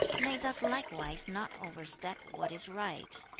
may thus likewise not overstep what is right